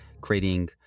creating